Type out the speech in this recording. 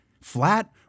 flat